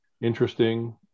interesting